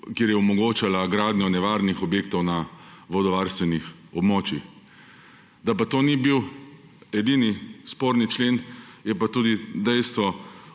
kjer je omogočala gradnjo nevarnih objektov na vodovarstvenih območjih. Da pa to ni bil edini sporni člen, je pa tudi dejstvo,